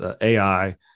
AI